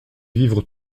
vivre